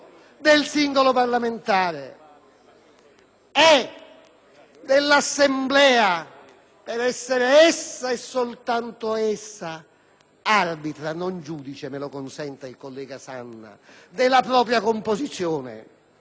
è dell'Assemblea, per essere essa e soltanto essa arbitra (non giudice, me lo consenta il collega Sanna) della propria composizione. È stato in sede di verifica dei poteri